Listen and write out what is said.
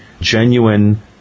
genuine